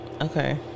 Okay